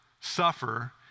suffer